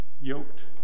yoked